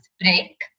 break